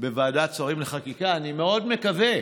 בוועדת שרים לחקיקה, אני מאוד מקווה.